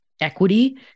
equity